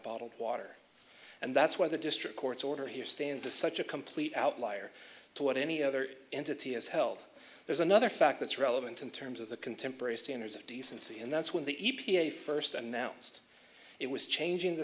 bottled water and that's why the district court's order here stands is such a complete outlier to what any other entity has held there's another fact that's relevant in terms of the contemporary standards of decency and that's when the e p a first announced it was changing the